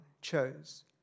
chose